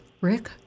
Rick